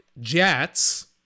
Jets